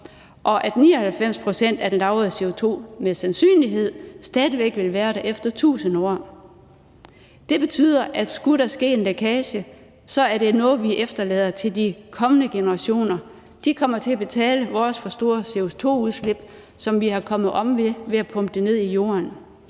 og at 99 pct. af den lagrede CO2 med sandsynlighed stadig væk vil være der efter 1.000 år. Det betyder, at skulle der ske en lækage, er det noget, vi efterlader til de kommende generationer. De kommer til at betale for vores for store CO2-udslip, som vi er kommet om ved ved at pumpe det ned i jorden.